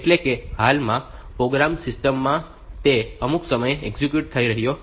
એટલે કે હાલમાં પ્રોગ્રામ સિસ્ટમ માં તે અમુક સમયે એક્ઝિક્યુટ થઈ રહ્યો છે